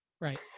right